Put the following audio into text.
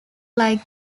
like